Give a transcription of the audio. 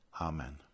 Amen